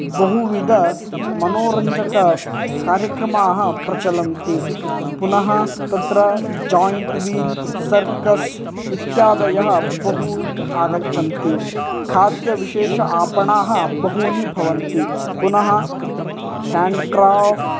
बुहविदमनोरञ्जककार्यक्रमाः प्रचलन्ति पुनः तत्र जाय्ण्ट् वील् सर्कस् इत्यादयः बहूनि आगच्चन्ति खाद्यविशेष आपणाः बहूनि भवन्ति पुनः हेण्ड् क्राफ्ट्